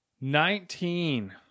Nineteen